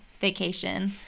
vacation